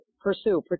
Pursue